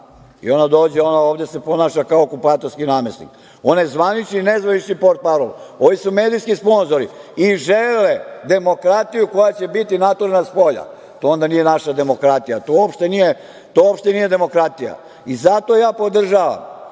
Ona dođe ovde i ponaša se kao okupatorski namesnik. Ona je zvanični-nezvanični portparol, oni su medijski sponzori i žele demokratiju koja će biti naturena spolja. To onda nije naša demokratija, to uopšte nije demokratija. Zato ja podržavam